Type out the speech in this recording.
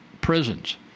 prisons